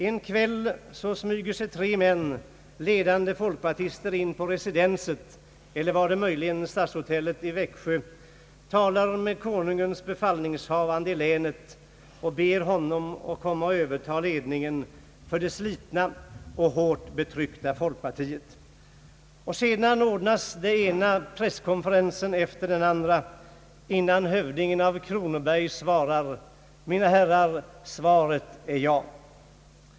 En kväll smyger sig tre män — ledande folkpartister — in på residenset, eller var det möjligen stadshotellet i Växjö, talar med Konungens befallningshavande i länet och ber honom komma och överta ledningen för det slitna och hårt betryckta folkpartiet. Sedan ordnas den ena presskonferensen efter den andra, innan hövdingen av Kronoberg svarar: Mina herrar, svaret är ja!